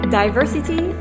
diversity